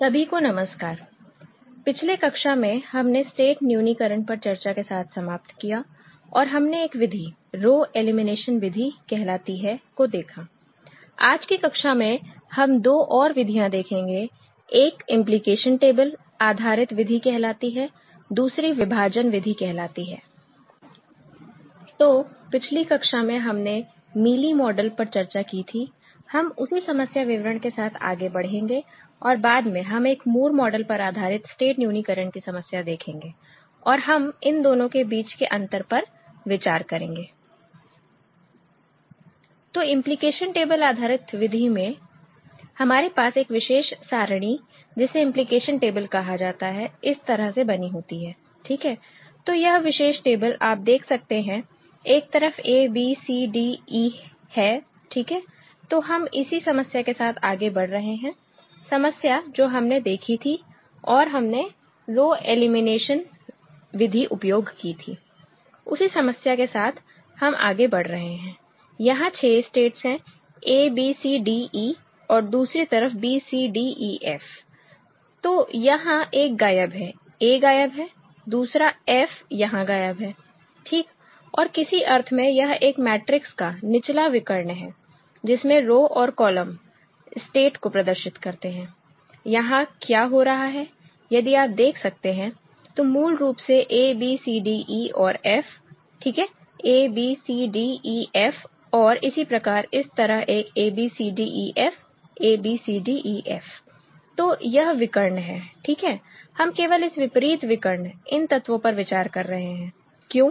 सभी को नमस्कार पिछली कक्षा में हमने स्टेट न्यूनीकरण पर चर्चा के साथ समाप्त किया और हमने एक विधि रो एलिमिनेशन विधि कहलाती है को देखा आज की कक्षा में हम दो और विधियां देखेंगे एक इंप्लीकेशन टेबल आधारित विधि कहलाती है दूसरी विभाजन विधि कहलाती है तो पिछली कक्षा में हमने मीली मॉडल पर चर्चा की थी हम उसी समस्या विवरण के साथ आगे बढ़ेंगे और बाद में हम एक मूर मॉडल पर आधारित स्टेट न्यूनीकरण की समस्या देखेंगे और हम इन दोनों के बीच के अंतर पर विचार करेंगे तो इंप्लीकेशन टेबल आधारित विधि में हमारे पास एक विशेष सारणी जिसे इंप्लीकेशन टेबल कहा जाता है इस तरह से बनी होती है ठीक है तो यह विशेष टेबल आप देख सकते हैं एक तरफ a b c d e है ठीक है तो हम इसी समस्या के साथ आगे बढ़ रहे हैं समस्या जो हमने देखी थी और हमने रो एलिमिनेशन विधि उपयोग की थी उसी समस्या के साथ हम आगे बढ़ रहे हैं यहां 6 स्टेट्स है a b c d e और दूसरी तरफ b c d e f तो यहां एक गायब है a गायब है दूसरा f यहां गायब है ठीक और किसी अर्थ में यह एक मैट्रिक्स का निचला विकर्ण है जिसमें रो और कॉलम स्टेट को प्रदर्शित करते हैं यहां क्या हो रहा है यदि आप देख सकते हैं तो मूल रूप से a b c d e और f ठीक है a b c d e f और इसी प्रकार इस तरह एक a b c d e f a b c d e f तो यह विकर्ण है ठीक है हम केवल इस विपरीत विकर्ण इन तत्वों पर विचार कर रहे हैं क्यों